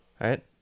right